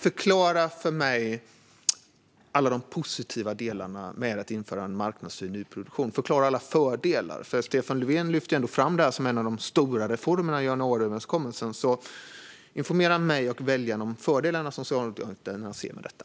Förklara för mig alla de positiva delarna med att införa marknadshyra i nyproduktion. Förklara alla fördelar! Stefan Löfven lyfte ändå fram detta som en av de stora reformerna i januariöverenskommelsen. Informera mig och väljarna om fördelarna Socialdemokraterna ser med detta.